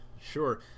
sure